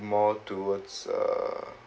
more towards uh